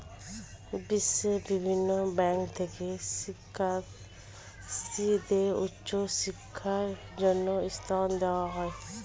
বিশ্বের বিভিন্ন ব্যাংক থেকে শিক্ষার্থীদের উচ্চ শিক্ষার জন্য ঋণ দেওয়া হয়